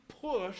push